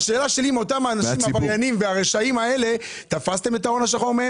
האם מאותם עבריינים ורשעים תפסתם את ההון השחור?